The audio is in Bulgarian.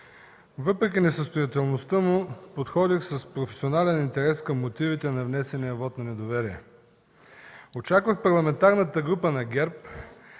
Въпреки несъстоятелността му подходих с професионален интерес към мотивите на внесения вот на недоверие. Очаквах Парламентарната група на ГЕРБ,